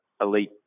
elite